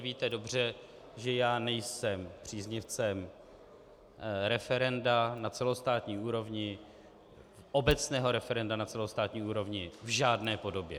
Víte dobře, že já nejsem příznivcem referenda na celostátní úrovni, obecného referenda na celostátní úrovni v žádné podobě.